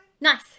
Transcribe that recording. Nice